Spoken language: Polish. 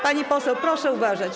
Pani poseł, proszę uważać.